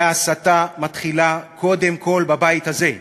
וההסתה מתחילה קודם כול בבית הזה.